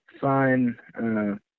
fine